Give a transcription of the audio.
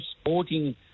sporting